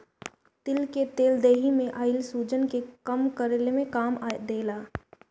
तिल कअ तेल देहि में आइल सुजन के कम करे में काम देला